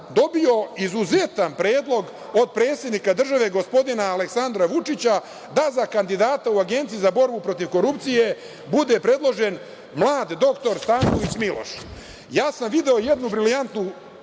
dobio izuzetan predlog od predsednika države gospodina Aleksandra Vučića da za kandidata u Agenciji za borbu protiv korupcije bude predložen mlad doktor Stanković Miloš.